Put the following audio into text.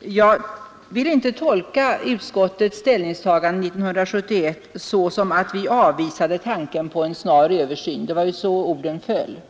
Jag vill inte tolka utskottets ställningstagande 1971 på så sätt, att vi då avvisade tanken på en snar översyn. Det var ju så orden föll.